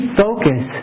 focus